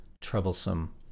troublesome